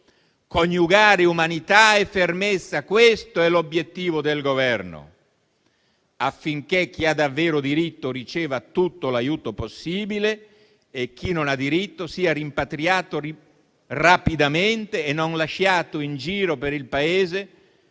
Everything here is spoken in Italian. Coniugare umanità e fermezza: questo è l'obiettivo del Governo, affinché chi ha davvero diritto riceva tutto l'aiuto possibile e chi non ha diritto sia rimpatriato rapidamente e non lasciato in giro per il Paese,